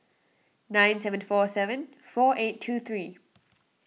nine seven four seven four eight two three